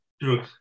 True